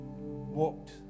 walked